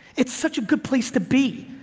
it's such a good place to be.